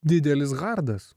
didelis hardas